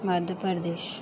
Madhya Pradesh